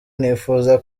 nifuza